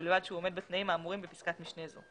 ובלבד שהוא עומד בתנאים האמורים בפסקת משנה זו,